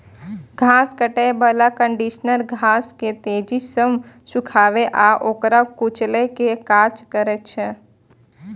घास काटै बला कंडीशनर घास के तेजी सं सुखाबै आ ओकरा कुचलै के काज करै छै